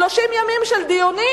30 ימים של דיונים,